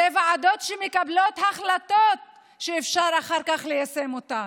אלו ועדות שמקבלות החלטות שאפשר אחר כך ליישם אותן.